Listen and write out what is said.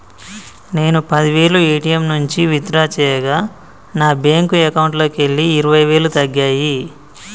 నేను పది వేలు ఏ.టీ.యం నుంచి విత్ డ్రా చేయగా నా బ్యేంకు అకౌంట్లోకెళ్ళి ఇరవై వేలు తగ్గాయి